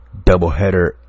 Doubleheader